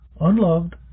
unloved